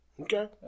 Okay